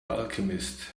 alchemist